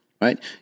Right